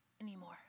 anymore